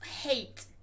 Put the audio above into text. hate